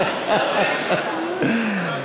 זה לא אני אמרתי.